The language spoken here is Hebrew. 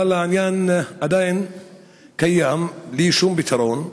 העניין עדיין קיים בלי שום פתרון.